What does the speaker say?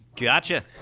Gotcha